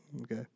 Okay